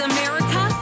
America